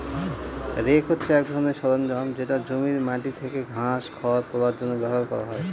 rake হছে এক ধরনের সরঞ্জাম যেটা জমির মাটি থেকে ঘাস, খড় তোলার জন্য ব্যবহার করা হয়